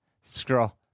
Scroll